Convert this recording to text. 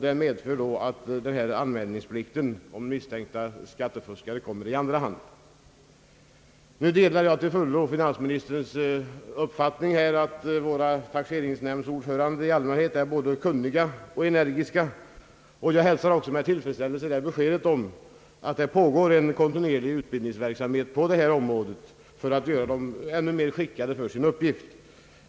Detta medför då att anmälningsplikten beträffande misstänkta = skattefuskare kommer i andra hand. Jag delar till fullo finansministerns uppfattning om att taxeringsnämndsordförandena i allmänhet är både kunniga och energiska. Jag hälsar med tillfredsställelse beskedet om att det pågår en kontinuerlig utbildningsverksamhet på detta område för att göra dem ännu mer skickade för sin uppgift.